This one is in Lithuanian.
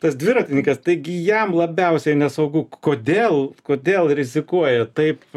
tas dviratininkas taigi jam labiausiai nesaugu kodėl kodėl rizikuoja taip